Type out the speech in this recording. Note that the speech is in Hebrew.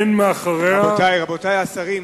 רבותי השרים,